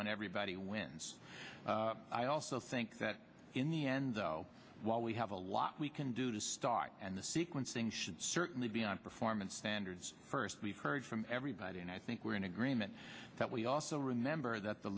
when everybody wins i also think that in the end though while we have a lot we can do to start and the sequencing should certainly be on performance standards first we've heard from everybody and i think we're in agreement that we also remember that the